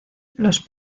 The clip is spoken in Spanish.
los